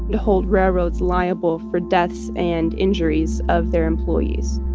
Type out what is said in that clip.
to hold railroads liable for deaths and injuries of their employees